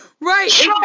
Right